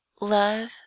LOVE